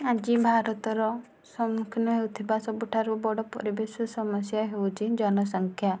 ଆଜି ଭାରତର ସମ୍ମୁଖୀନ ହେଉଥିବା ସବୁଠାରୁ ବଡ଼ ପରିବେଶ ସମସ୍ୟା ହେଉଛି ଜନ ସଂଖ୍ୟା